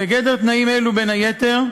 בגדר תנאים אלו, בין היתר,